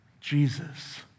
Jesus